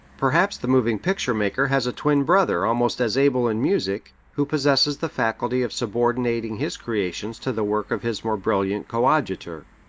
perhaps the moving picture maker has a twin brother almost as able in music, who possesses the faculty of subordinating his creations to the work of his more brilliant coadjutor.